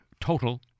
Total